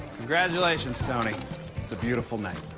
congratulations, tony. it's a beautiful night.